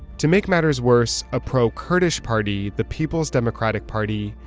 to make matters worse, a pro-kurdish party, the people's democratic party,